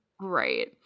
right